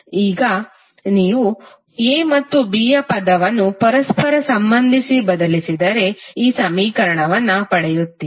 ಈಗ ನೀವು A ಮತ್ತು B ಪದವನ್ನು ಪರಸ್ಪರ ಸಂಬಂಧಿಸಿ ಬದಲಿಸಿದರೆ ಈ ಸಮೀಕರಣವನ್ನು ಪಡೆಯುತ್ತೀರಿ